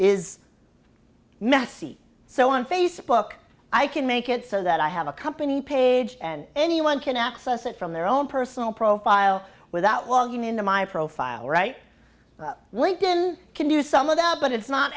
is messy so on facebook i can make it so that i have a company page and anyone can access it from their own personal profile without logging into my profile right linked in can use some of that but it's not